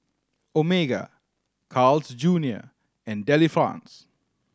Omega Carl's Junior and Delifrance